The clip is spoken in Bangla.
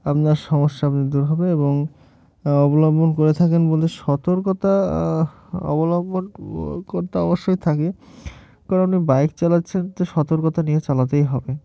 আপনার সমস্যা আপনি দূর হবে এবং অবলম্বন করে থাকেন বলতে সতর্কতা অবলম্বন ও করতে অবশ্যই থাকে কারণ আপনি বাইক চালাচ্ছেন তো সতর্কতা নিয়ে চালাতেই হবে